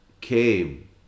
came